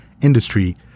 industry